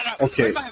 Okay